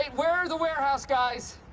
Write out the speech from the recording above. ah where are the warehouse guys?